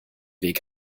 weg